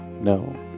No